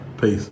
Peace